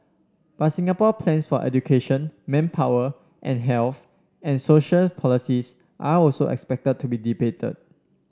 but Singapore's plans for education manpower and health and social policies are also expected to be debated